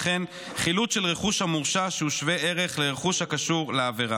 וכן חילוט של רכוש המורשע שהוא שווה ערך לרכוש הקשור לעבירה.